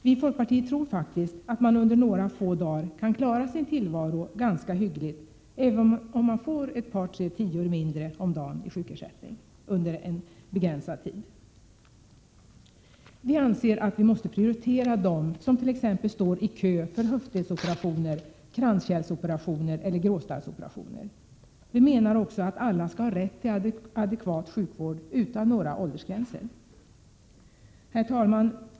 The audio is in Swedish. Vii folkpartiet tror faktiskt att man under några få dagar kan klara sin tillvaro ganska hyggligt även om man får ett par tre tior mindre om dagen i sjukersättning under en så begränsad tid. Vi anser att vi måste prioritera dem som t.ex. står i kö för höftledsoperationer, kranskärlsoperationer eller gråstarrsoperationer. Vi menar också att alla skall ha rätt till adekvat sjukvård utan några åldersgränser. Herr talman!